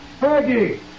Peggy